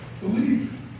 Believe